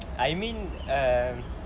I mean um